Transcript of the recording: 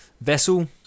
vessel